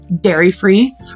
dairy-free